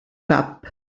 cap